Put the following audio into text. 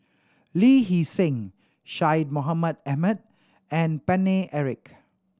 Lee Hee Seng Syed Mohamed Ahmed and Paine Eric